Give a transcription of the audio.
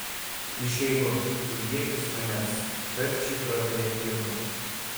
išeinu ilgėkis manęs karčiai pratarė irma